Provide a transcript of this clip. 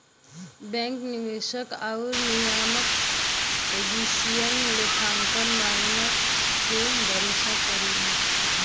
bank निवेशक आउर नियामक एजेंसियन लेखांकन मानक पे भरोसा करलीन